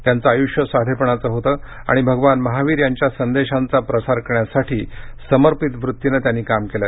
त्यांचं आयुष्य साधेपणाचं होतं आणि भगवान महावीर यांच्या संदेशांचा प्रसार करण्यासाठी समर्पित वृत्तीनं त्यांनी काम केलं